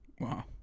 Wow